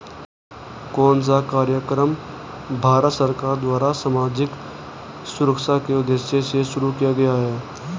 कौन सा कार्यक्रम भारत सरकार द्वारा सामाजिक सुरक्षा के उद्देश्य से शुरू किया गया है?